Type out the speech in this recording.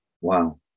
Wow